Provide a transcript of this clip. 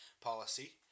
policy